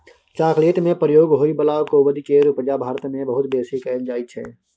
chocolate में प्रयोग होइ बला कोविंद केर उपजा भारत मे बहुत बेसी कएल जाइ छै